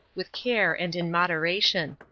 with care and in moderation.